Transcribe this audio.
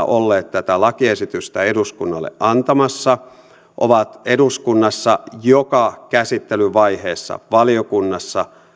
olleet hallituspuolueena tätä lakiesitystä eduskunnalle antamassa ovat eduskunnassa joka käsittelyvaiheessa valiokunnassa